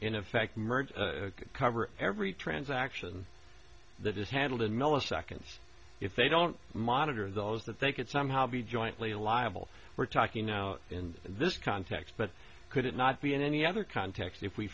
in effect merge cover every transaction that is handled in milliseconds if they don't monitor those that they could somehow be jointly liable we're talking now in this context but could it not be in any other context if we